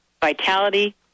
vitality